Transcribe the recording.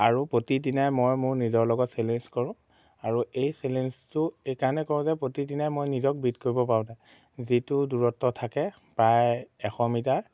আৰু প্ৰতিদিনাই মই মোৰ নিজৰ লগত চেলেঞ্জ কৰোঁ আৰু এই চেলেঞ্জটো এইকাৰণে কওঁ যে প্ৰতিদিনাই মই নিজক বিত কৰিব পাৰোঁ নাই যিটো দূৰত্ব থাকে প্ৰায় এশ মিটাৰ